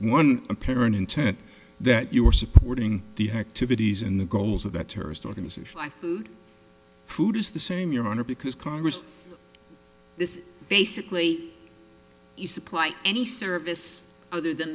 one apparent intent that you are supporting the activities in the goals of that terrorist organization life food is the same your honor because congress is basically you supply any service other than